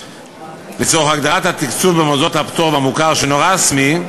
לצורך הגדרת התקצוב במוסדות הפטור והמוכר שאינו רשמי,